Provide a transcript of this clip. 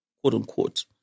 quote-unquote